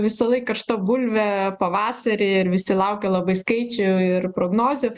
visąlaik karšta bulvė pavasarį ir visi laukia labai skaičių ir prognozių